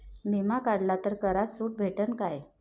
बिमा काढला तर करात सूट भेटन काय?